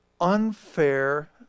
unfair